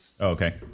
Okay